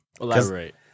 Elaborate